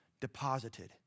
deposited